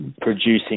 producing